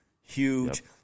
huge